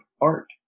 art